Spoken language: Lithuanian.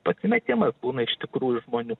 pasimetimas būna iš tikrųjų žmonių